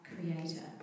Creator